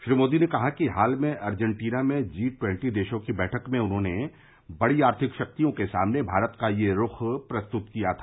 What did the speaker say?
श्री मोदी ने कहा कि हाल में अर्जेन्टीना में जी ट्येन्टी देशों की बैठक में उन्होंने बड़ी आर्थिक शक्तियों के सामने भारत का यह रुख प्रस्तुत किया था